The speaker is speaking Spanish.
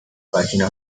página